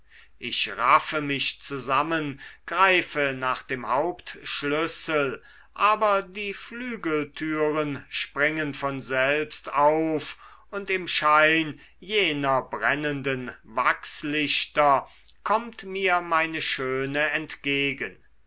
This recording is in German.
ich raffe mich zusammen greife nach dem hauptschlüssel aber die flügeltüren springen von selbst auf und im schein jener brennenden wachslichter kommt mir meine schöne entgegen